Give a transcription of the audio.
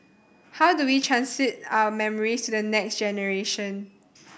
how do we transmit our memories to the next generation